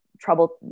trouble